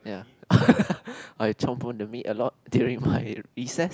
ya I chomp on the meat a lot during my recess